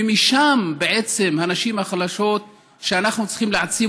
ומשם בעצם הנשים החלשות שאנחנו צריכים להעצים